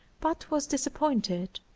but was disappointed.